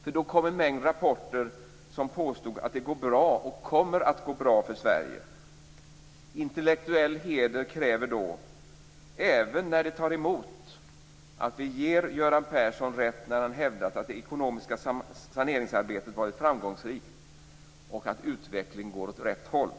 För då kom också en mängd rapporter som samstämmigt påstod att det går bra och kommer att gå bra för Sverige." Och vidare: "Intellektuell heder kräver då, även om det tar emot, att vi ger Göran Persson rätt när han hävdat att det ekonomiska saneringsarbetet varit framgångsrikt och att utvecklingen går åt rätt håll."